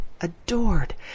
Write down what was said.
Adored